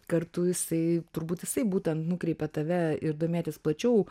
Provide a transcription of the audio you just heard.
kartu jisai turbūt jisai būtent nukreipė tave ir domėtis plačiau